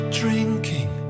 drinking